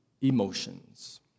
emotions